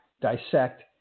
dissect